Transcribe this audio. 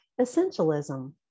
Essentialism